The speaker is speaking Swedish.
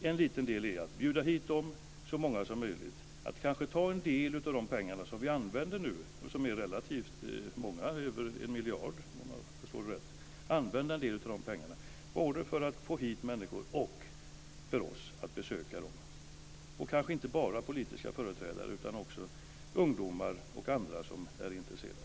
En liten del är att bjuda hit dem, så många som möjligt, ta en del av de pengar som vi nu har och som är relativt många, över 1 miljard om jag förstått det rätt, och använda dem både för att få hit människor och för oss att besöka dem - kanske inte bara politiska företrädare utan också ungdomar och andra som är intresserade.